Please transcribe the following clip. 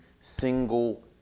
single